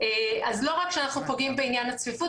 אז לא רק שאנחנו פוגעים בעניין הצפיפות,